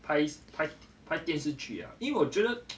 拍拍拍电视剧啊因为我觉得